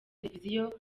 televiziyo